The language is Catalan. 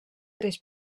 tres